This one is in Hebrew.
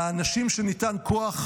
לאנשים כשניתן להם כוח